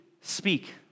speak